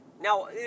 Now